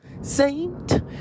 Saint